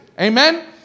Amen